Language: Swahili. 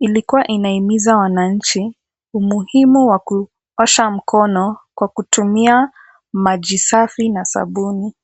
ilikuwa inahimiza wananchi umuhimu wa kuosha mkono kwa kutumia maji safi na sabuni.